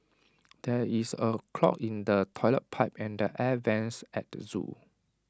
there is A clog in the Toilet Pipe and the air Vents at the Zoo